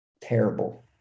terrible